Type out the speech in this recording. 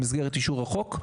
במסגרת אישור החוק,